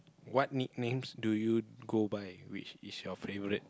what nicknames do you go by which is your favourite